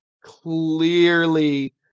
clearly